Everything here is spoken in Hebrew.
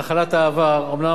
אומנם עברו רק 24 שעות,